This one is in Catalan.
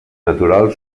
natural